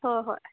ꯍꯣꯏ ꯍꯣꯏ